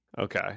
Okay